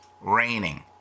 Raining